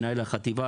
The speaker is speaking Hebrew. מנהל החטיבה,